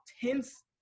tense